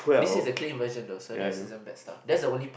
this is a clean version though so there isn't bad stuff that's the only part